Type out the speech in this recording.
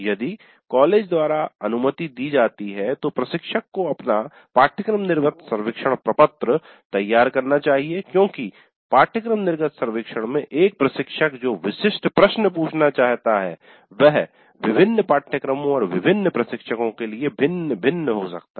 यदि कॉलेज द्वारा अनुमति दी जाती है तो प्रशिक्षक को अपना "पाठ्यक्रम निर्गत सर्वेक्षण प्रपत्र फॉर्म" तैयार करना चाहिए क्योंकि पाठ्यक्रम निर्गत सर्वेक्षण में एक प्रशिक्षक जो विशिष्ट प्रश्न पूछना चाहता है वह विभिन्न पाठ्यक्रमों और विभिन्न प्रशिक्षकों के लिए भिन्न भिन्न हो सकता है